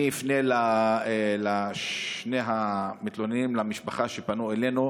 אני אפנה לשני המתלוננים, למשפחה שפנתה אלינו,